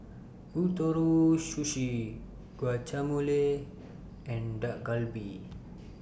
Ootoro Sushi Guacamole and Dak Galbi